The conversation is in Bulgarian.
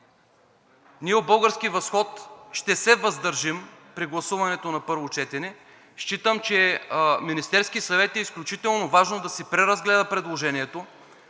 ние от „Български възход“ ще се въздържим при гласуването на първо четене. Считам, че Министерският съвет е изключително важно да си преразгледа предложението,